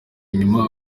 inyuma